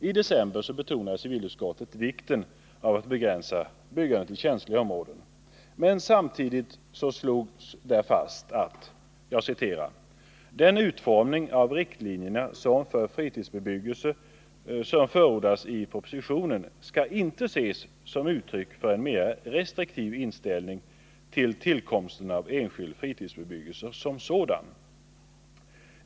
I december betonade civilutskottet vikten av att begränsa byggandet i känsliga områden, men samtidigt slogs följande fast: ”Den utformning av riktlinjerna för fritidsbebyggelsen som förordas i propositionen skall inte ses som uttryck för en mera restriktiv inställning till tillkomsten av enskild fritidsbebyggelse som sådan.